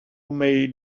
made